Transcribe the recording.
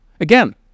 Again